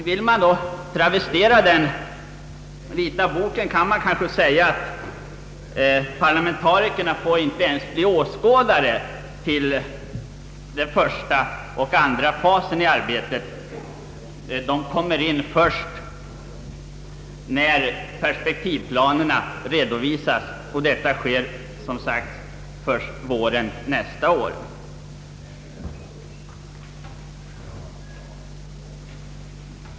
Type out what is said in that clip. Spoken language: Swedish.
Vill man travestera den vita boken kan man kanske säga att parlamentarikerna får inte ens bli åskådare till den första och andra fasen i arbetet. De kommer in först när perspektivplanerna redovisas, och detta sker som sagt våren 1971.